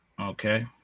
okay